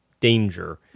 danger